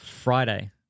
Friday